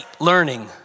learning